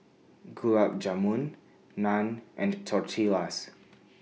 Gulab Jamun Naan and Tortillas